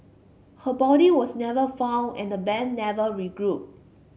her body was never found and the band never regrouped